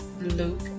Luke